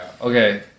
Okay